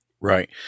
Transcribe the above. Right